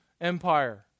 Empire